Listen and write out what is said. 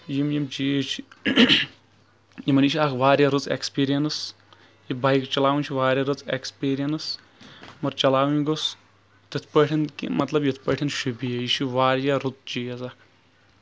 یِم یِم چیٖز چھِ یِمن نِش واریاہ رٕژ ایٚکٔسپیٖرینٕس یہِ بایِک چلاوٕنۍ چھ واریاہ رٕژ ایٚکٔسپیٖرینٕس مَگر چلاوٕنۍ گوٚس تِتھ پٲٹھۍ مطلب یِتھ پٲٹھۍ شوٗبی یہِ یہِ چھُ واریاہ رُت چیٖز اکھ